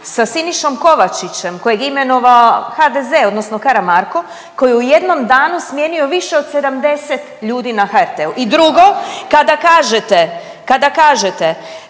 sa Sinišom Kovačićem kojeg je imenovao HDZ odnosno Karamarko koji je u jednom danu smijenio više od 70 ljudi na HRT-u. I drugo kada kažete, kada kažete